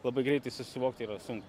labai greitai susivokti yra sunku